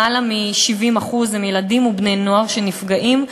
למעלה מ-70% הם ילדים ובני-נוער שנפגעים,